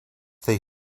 they